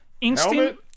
instant